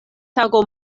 tago